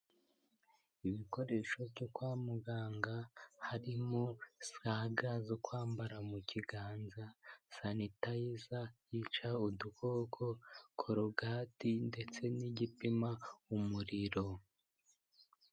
Ibikoresho byo kwa muganga, harimo za ga zo kwambara mu kiganza, sanitayiza yica udukoko, korogati ndetse n'igipima umuriro.